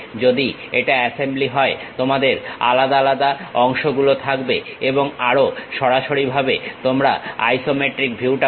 যদি এটা অ্যাসেম্বলি হয় তোমাদের আলাদা আলাদা অংশগুলো থাকবে এবং আরো সরাসরিভাবে তোমরা আইসোমেট্রিক ভিউটা পাবে